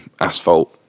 asphalt